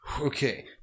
okay